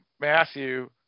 Matthew